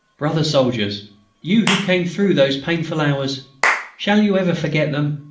brother-soldiers you who came through those painful hours shall you ever forget them?